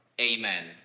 Amen